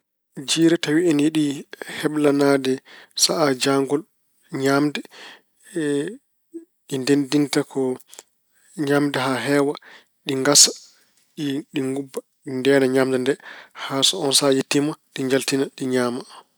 Jiire so tawi ina yiɗi heblanaade sahaa jaangol ñaamde, ɗi ndenndinta ko ñaamde haa heewa, ɗi ngasa, ɗi ngobba. Ɗi ndeena ñaamde nde haa so oon sahaa yettiima, ɗi njaltina, ɗi ñaama.